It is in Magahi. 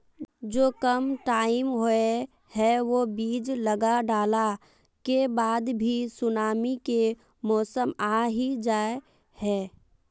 जो कम टाइम होये है वो बीज लगा डाला के बाद भी सुनामी के मौसम आ ही जाय है?